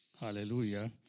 Aleluya